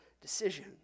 decision